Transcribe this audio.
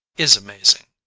is amazing,